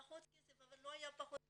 פחות כסף" אבל לא היה פחות כסף,